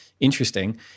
Interesting